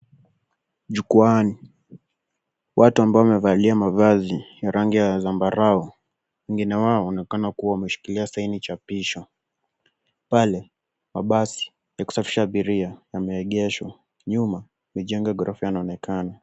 Jukwaani, watu ambao wamevalia mavazi ya rangi ya zambarau. Wengine wao wanaonekana kuwa wameshikilia saini cha picha. Yale mabasi ya kusafirisha abiria yameegeshwa. Nyuma mijengo ya ghorofa yanaonekana.